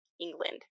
England